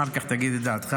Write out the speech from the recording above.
אחר כך תגיד את דעתך,